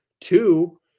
two